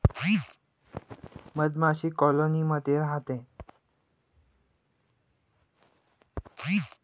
मधमाशी पोळ्यात नाहीतर कॉलोनी मध्ये राहते